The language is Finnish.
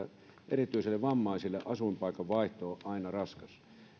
erityisesti vammaisille asuinpaikan vaihto on aina raskas